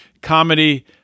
comedy